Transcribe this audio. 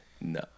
No